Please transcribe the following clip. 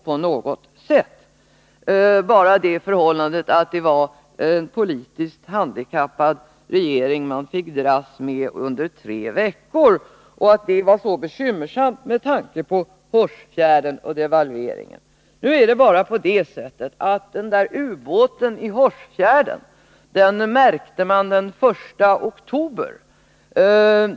Vi får bara reda på det förhållandet att man fick dras med en politiskt handikappad regering under tre veckor och att det var så bekymmersamt med tanke på Hårsfjärdenaffären och devalveringen. Nu är det bara på det sättet, att den där ubåten i Hårsfjärden upptäcktes den 1 oktober.